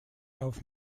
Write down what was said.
auf